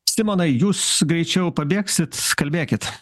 simonai jūs greičiau pabėgsit kalbėkit